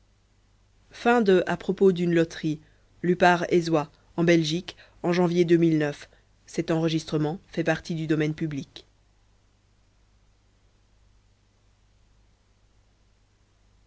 a propos d'une loterie o